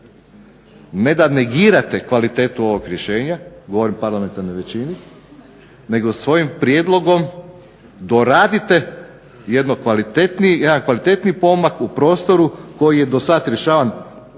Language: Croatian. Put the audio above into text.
ne da negirate kvalitetu ovog rješenja, govorim o parlamentarnoj većini nego svojim prijedlogom doradite jedan kvalitetniji pomak u prostoru koji je do sad rješavan